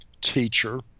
teacher